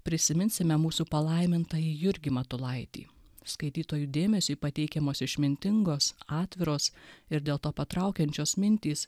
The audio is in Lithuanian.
prisiminsime mūsų palaimintąjį jurgį matulaitį skaitytojų dėmesiui pateikiamos išmintingos atviros ir dėl to patraukiančios mintys